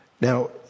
now